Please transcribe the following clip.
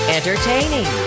Entertaining